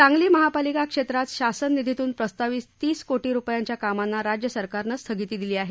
सांगली महापालिका क्षेत्रात शासन निधीतून प्रस्तावित तीस कोटी रुपयांच्या कामांना राज्य सरकारनं स्थगिती दिली आहे